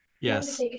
Yes